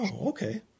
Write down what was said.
okay